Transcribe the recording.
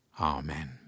Amen